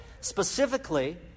Specifically